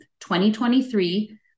2023